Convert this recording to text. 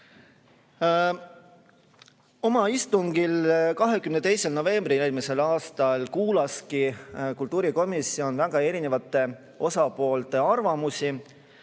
Oma istungil 22. novembril eelmisel aastal kuulaski kultuurikomisjon väga erinevate osapoolte arvamusi.